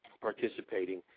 participating